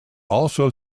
also